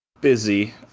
busy